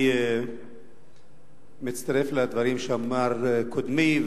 אני מצטרף לדברים שאמר קודמי,